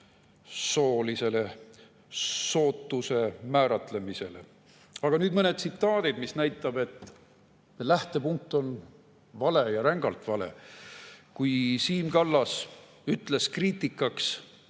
läheb sootuse määratlemisele. Aga nüüd mõned tsitaadid, mis näitavad, et lähtepunkt on vale ja rängalt vale. Siim Kallas ütles nelja